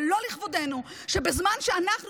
ולא לכבודנו שבזמן לחימה אנחנו,